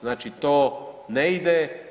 Znači, to ne ide.